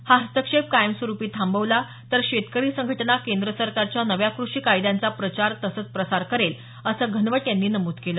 हा हस्तक्षेप कायमस्वरूपी थांबवला तर शेतकरी संघटना केंद्र सरकारच्या नव्या कृषी कायद्यांचा प्रचार तसंच प्रसार करेल असं घनवट यांनी नमूद केलं